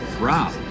Rob